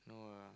no ah